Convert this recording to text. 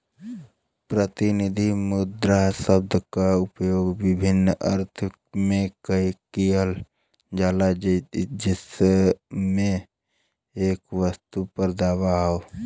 प्रतिनिधि मुद्रा शब्द क उपयोग विभिन्न अर्थ में किहल जाला जइसे एक वस्तु पर दावा हौ